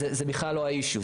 זה בכלל לא ה'אישיו',